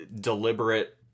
deliberate